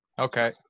okay